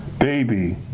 baby